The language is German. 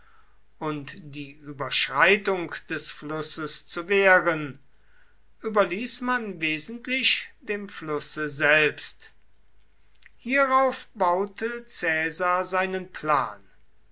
und die überschreitung des flusses zu wehren überließ man wesentlich dem flusse selbst hierauf baute caesar seinen plan